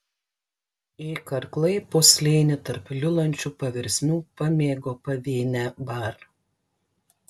ė karklai po slėnį tarp liulančių paversmių pamėgo pavėnę bar